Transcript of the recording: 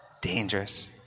Dangerous